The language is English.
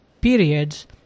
periods